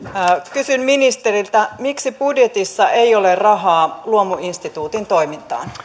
kysyn ministeriltä miksi budjetissa ei ole rahaa luomuinstituutin toimintaan